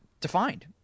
defined